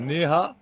Neha